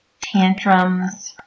tantrums